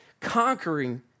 conquering